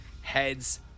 heads